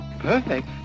perfect